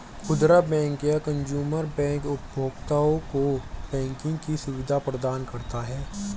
खुदरा बैंक या consumer bank उपभोक्ताओं को बैंकिंग की सुविधा प्रदान करता है